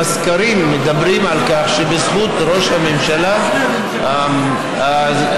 הסקרים מדברים על כך שבזכות ראש הממשלה